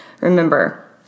Remember